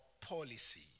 policy